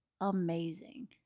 amazing